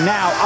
Now